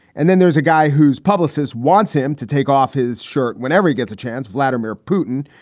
and then there's a guy whose publicist wants him to take off his shirt whenever he gets a chance. vladimir putin,